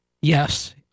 Yes